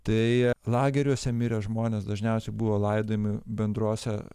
tai lageriuose mirę žmonės dažniausia buvo laidojami bendrose